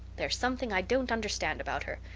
there's something i don't understand about her.